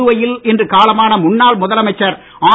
புதுவையில் இன்று காலமான முன்னாள் முதலமைச்சர் ஆர்